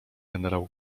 generał